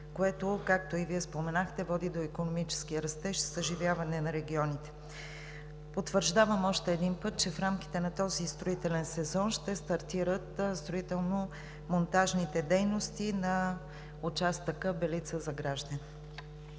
което, както и Вие споменахте, води до икономически растеж и съживяване на регионите. Потвърждавам още един път, че в рамките на този строителен сезон ще стартират строително-монтажните дейности на участъка Белица – Загражден.